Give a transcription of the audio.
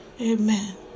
Amen